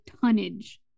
tonnage